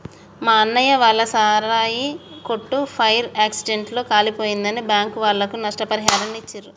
మా అన్నయ్య వాళ్ళ సారాయి కొట్టు ఫైర్ యాక్సిడెంట్ లో కాలిపోయిందని బ్యాంకుల వాళ్ళు నష్టపరిహారాన్ని ఇచ్చిర్రు